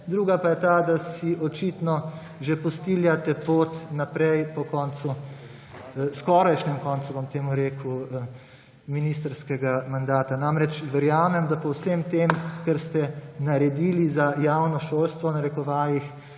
druga pa je ta, da si očitno že postiljate pot naprej po koncu, skorajšnjem koncu, bom temu rekel, ministrskega mandata. Namreč, verjamem, da po vsem tem, kar ste naredili »za javno šolstvo in javno